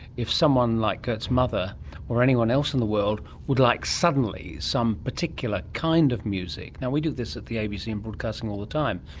if someone like gert's mother or anyone else in the world would like suddenly some particular kind of music. now, we do this at the abc in broadcasting all the time,